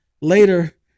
Later